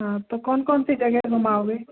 हाँ तो कौन कौन सी जगह घुमाओगे